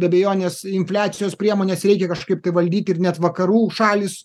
be abejonės infliacijos priemones reikia kažkaip valdyti ir net vakarų šalys